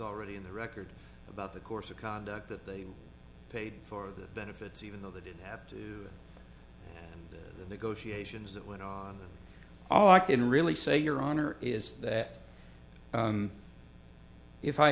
already in the record about the course of conduct that they paid for the benefits even though they didn't have to negotiations that went on all i can really say your honor is that if i